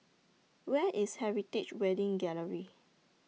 Where IS Heritage Wedding Gallery